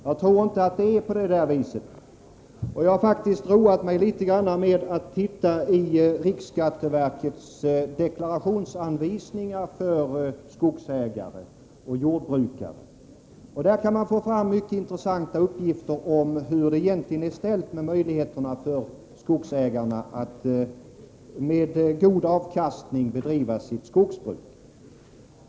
Jag tror inte att det är på det viset, och jag har faktiskt roat mig med att studera riksskatteverkets deklarationsanvisningar för skogsägare och jordbrukare. Där kan man få fram mycket intressanta uppgifter om hur det egentligen är ställt med möjligheterna för skogsägarna att med god avkastning bedriva sitt skogsbruk.